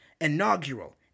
inaugural